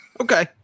Okay